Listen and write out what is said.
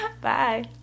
Bye